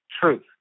truth